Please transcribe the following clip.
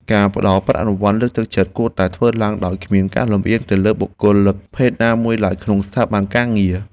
ការផ្តល់ប្រាក់រង្វាន់លើកទឹកចិត្តគួរតែធ្វើឡើងដោយគ្មានការលំអៀងទៅលើបុគ្គលិកភេទណាមួយឡើយក្នុងស្ថាប័នការងារ។